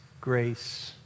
grace